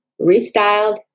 restyled